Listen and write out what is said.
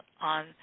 on